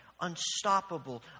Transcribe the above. unstoppable